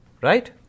right